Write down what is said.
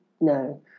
No